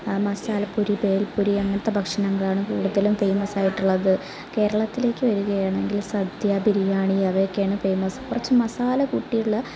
മസാലപ്പൂരി ബേൽപൂരി അങ്ങനത്തെ ഭക്ഷണങ്ങളാണ് കൂടുതലും ഫേമസായിട്ടുള്ളത് കേരളത്തിലേക്ക് വരികയാണെങ്കില് സദ്യ ബിരിയാണി അവയൊക്കെയാണ് ഫേമസ് കുറച്ച് മസാല കൂട്ടിയുള്ള